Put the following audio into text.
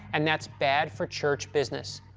and that's bad for church business.